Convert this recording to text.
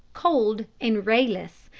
cold, and rayless,